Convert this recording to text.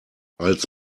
als